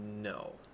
no